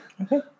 Okay